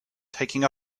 taking